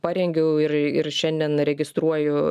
parengiau ir ir šiandien registruoju